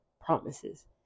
promises